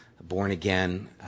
born-again